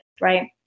right